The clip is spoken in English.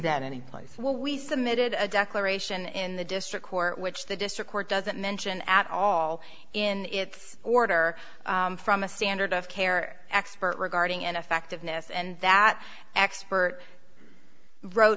that anyplace where we submitted a declaration in the district court which the district court doesn't mention at all in its order from a standard of care expert regarding ineffectiveness and that expert wrote